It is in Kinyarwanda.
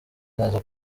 neza